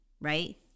right